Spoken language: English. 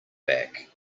back